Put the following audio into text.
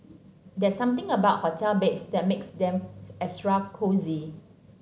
there's something about hotel beds that makes them extra cosy